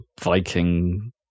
viking